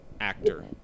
actor